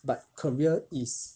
but career is